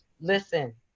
Listen